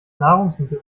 nahrungsmittel